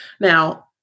Now